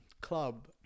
club